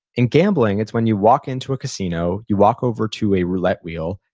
in gambling, it's when you walk into a casino, you walk over to a roulette wheel,